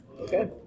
Okay